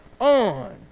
on